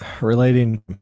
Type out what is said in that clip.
Relating